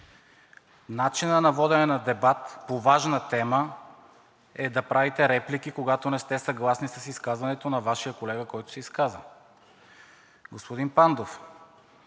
Начинът на водене на дебат по важна тема е да правите реплики, когато не сте съгласни с изказването на Вашия колега, който се изказа. Господин Пандов,